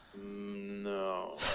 No